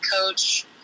coach